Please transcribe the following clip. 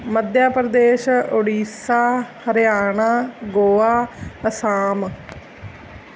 Madhya Pradesh Orissa Haryana Goa Assam